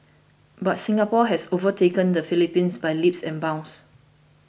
but Singapore has overtaken the Philippines by leaps and bounds